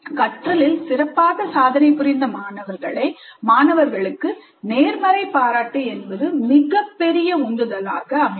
வலுவூட்டல் கற்றலில் சிறப்பாக சாதனை புரிந்த மாணவர்களுக்கு நேர்மறை பாராட்டு என்பது மிகப் பெரிய உந்துதலாக அமையும்